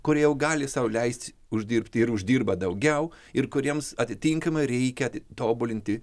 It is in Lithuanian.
kurie jau gali sau leist uždirbti ir uždirba daugiau ir kuriems atitinkamai reikia tobulinti